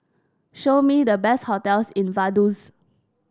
show me the best hotels in Vaduz